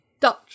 Dutch